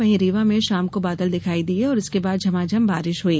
वहीं रीवा में शाम को बादल दिखायी दिये और इसके बाद झमाझम बारिश हुई